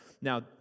Now